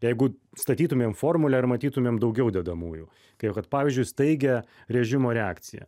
jeigu statytumėm formulę ir matytumėm daugiau dedamųjų kaip kad pavyzdžiui staigią režimo reakciją